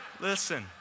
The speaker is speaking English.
listen